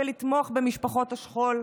לתמוך במשפחות השכול,